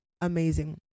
Amazing